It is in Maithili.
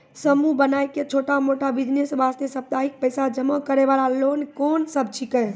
समूह बनाय के छोटा मोटा बिज़नेस वास्ते साप्ताहिक पैसा जमा करे वाला लोन कोंन सब छीके?